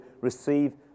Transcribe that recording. receive